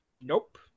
Nope